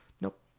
Nope